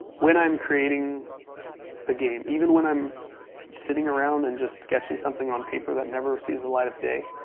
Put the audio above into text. when i'm creating a game, even when i'm sitting around and just sketching something on paper that never sees the light of day,